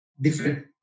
different